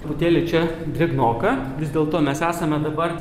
truputėlį čia drėgnoka vis dėlto mes esame dabar